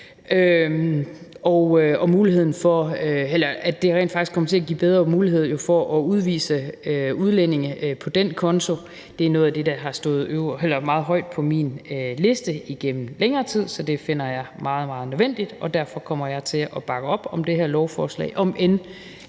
og flugtbilisme, altså at der rent faktisk bliver bedre mulighed for at udvise udlændinge på den konto. Det er noget af det, der har stået meget højt på min liste igennem længere tid, så det finder jeg meget, meget nødvendigt. Derfor kommer jeg til at bakke op om det her lovforslag, om end